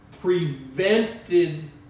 Prevented